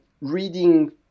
reading